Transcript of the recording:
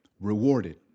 rewarded